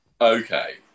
Okay